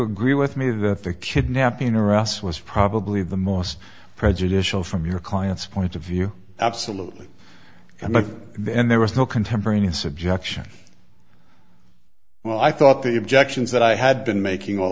agree with me that the kidnapping or else was probably the most prejudicial from your client's point of view absolutely and then there was no contemporaneous objection well i thought the objections that i had been making all